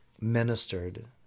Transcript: ministered